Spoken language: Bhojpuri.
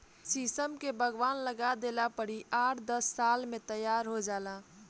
शीशम के बगवान लगा देला पर इ आठ दस साल में तैयार हो जाला